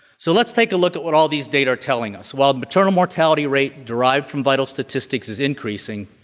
so let's take a look at what all these data are telling us. well, maternal mortality rate derived from vital statistics is increasing.